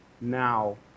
now